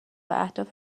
اهداف